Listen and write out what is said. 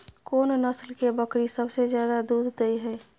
कोन नस्ल के बकरी सबसे ज्यादा दूध दय हय?